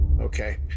Okay